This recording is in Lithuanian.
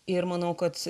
ir manau kad